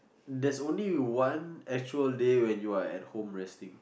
there's only one actual day when you are at home resting